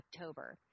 October